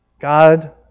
God